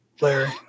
Larry